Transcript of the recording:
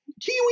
kiwi